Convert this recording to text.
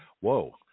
Whoa